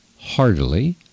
heartily